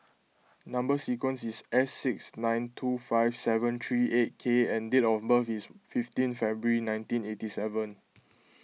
Number Sequence is S six nine two five seven three eight K and date of birth is fifteen February nineteen eighty seven